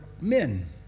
men